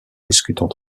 discutant